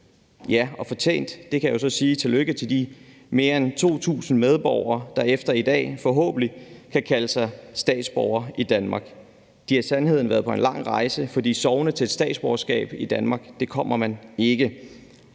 Og jeg kan jo så sige tillykke til de mere end 2.000 medborgere, der efter i dag forhåbentlig kan kalde sig for statsborgere i Danmark. De har i sandhed været på en lang rejse og fortjent det, for sovende til et statsborgerskab i Danmark kommer man ikke.